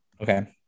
Okay